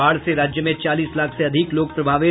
बाढ़ से राज्य में चालीस लाख से अधिक लोग प्रभावित